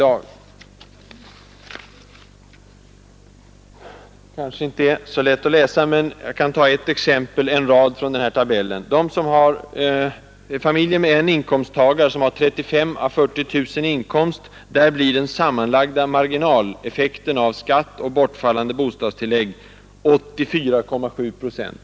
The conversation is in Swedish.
Av tabellen framgår att för familjer med en inkomsttagare och 35 000-40 000 kronor i inkomst blir den sammanlagda marginaleffekten av skatt och bortfallande bostadstillägg 84,7 procent.